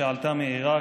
שעלתה מעיראק,